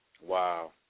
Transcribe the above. Wow